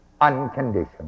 Unconditional